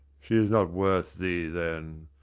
she is not worth thee, then.